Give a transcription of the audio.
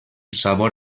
sabor